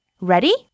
Ready